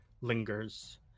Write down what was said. lingers